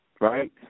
Right